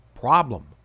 problem